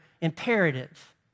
imperative